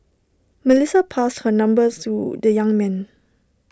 Melissa passed her number to the young man